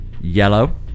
Yellow